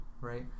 right